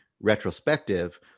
retrospective